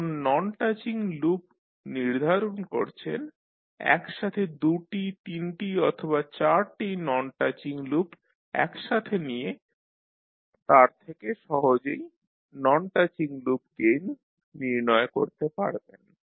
যখন non touching loop নির্ধারণ করছেন একসাথে দুটি তিনটি অথবা চারটি নন টাচিং লুপ একসাথে নিয়ে তার থেকে সহজেই নন টাচিং লুপ গেইন নির্ণয় করতে পারবেন